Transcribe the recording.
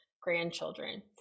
grandchildren